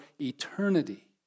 eternity